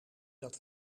dat